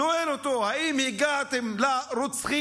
שואל אותו: האם הגעתם לרוצחים?